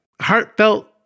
heartfelt